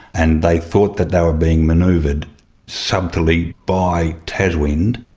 and they thought that they were being manoeuvred subtly by taswind.